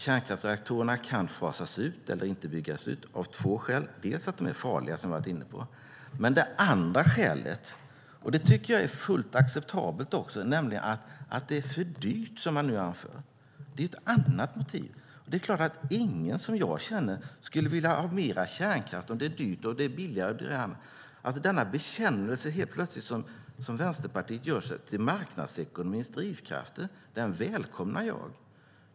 Kärnkraftsreaktorerna kan fasas ut eller inte byggas ut av två skäl, dels för att de är farliga, som vi varit inne på, dels - vilket jag tycker är fullt acceptabelt - för att det är för dyrt, som nu anförs. Det är ett annat motiv. Ingen som jag känner skulle vilja ha mer kärnkraft om det är dyrt och annat är billigare. Den plötsliga bekännelsen, där Vänsterpartiet gör sig till marknadsekonomins förespråkare, välkomnar jag.